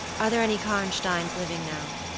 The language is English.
are there any karnsteins living now?